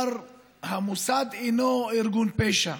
המוסד אינו ארגון פשע.